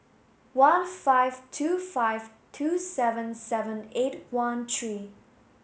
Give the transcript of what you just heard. one five two five two seven seven eight one three